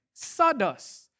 Sawdust